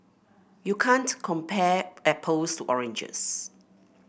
you can't compare apples to oranges